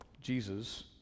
Jesus